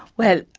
well,